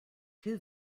two